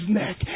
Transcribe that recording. neck